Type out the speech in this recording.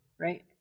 right